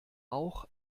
auch